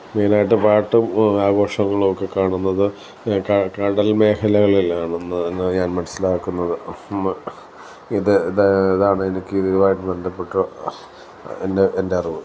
മെയിനായിട്ട് പാട്ടും ആഘോഷങ്ങളുമൊക്കെ കാണുന്നത് കടൽ മേഖളകളിലാണ് എന്ന് ഞാൻ മനസിലാക്കുന്നത് ഇതാണ് എനിക്ക് ഇതുമായിട്ട് ബന്ധപ്പെട്ട എൻ്റെ എൻ്റെ അറിവ്